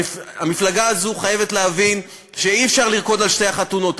המפלגה הזאת חייבת להבין שאי-אפשר לרקוד על שתי החתונות.